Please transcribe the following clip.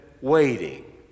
waiting